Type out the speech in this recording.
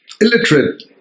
illiterate